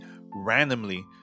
randomly